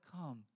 come